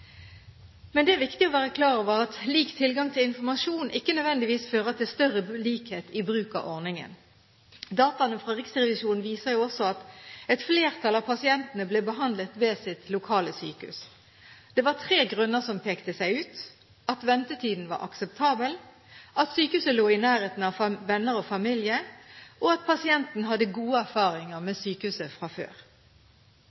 Men det er viktig å være klar over at lik tilgang til informasjon ikke nødvendigvis fører til større likhet i bruk av ordningen. Dataene fra Riksrevisjonen viser jo også at et flertall av pasientene ble behandlet ved sitt lokale sykehus. Det var tre grunner som pekte seg ut: at ventetiden var akseptabel, at sykehuset lå i nærheten av venner og familie, og at pasienten hadde gode erfaringer med